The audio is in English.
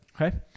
Okay